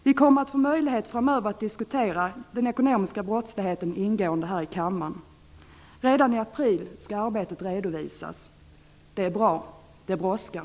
Vi kommer att få möjlighet framöver att diskutera den ekonomiska brottsligheten ingående här i kammaren. Redan i april skall arbetet redovisas. Det är bra, för det brådskar.